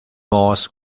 moss